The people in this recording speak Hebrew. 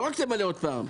לא רק תמלא עוד פעם,